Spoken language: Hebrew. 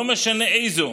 לא משנה איזו.